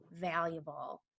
valuable